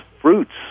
fruits